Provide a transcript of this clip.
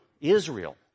Israel